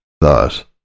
Thus